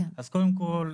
אז קודם כל,